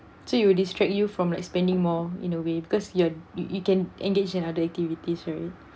so it will distract you from like spending more in a way because you are you you can engage in other activities right